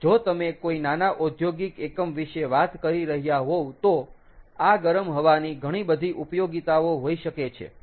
જો તમે કોઈ નાના ઔદ્યોગિક એકમ વિશે વાત કરી રહ્યા હોવ તો આ ગરમ હવાની ઘણી બધી ઉપયોગીતાઓ હોઈ શકે છે